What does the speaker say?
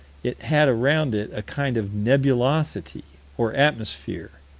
it had around it a kind of nebulosity or atmosphere?